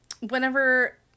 Whenever